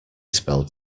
spelled